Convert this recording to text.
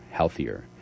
healthier